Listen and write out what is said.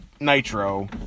Nitro